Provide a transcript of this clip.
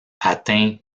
atteint